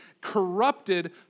corrupted